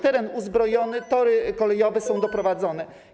Teren uzbrojony, tory kolejowe doprowadzone”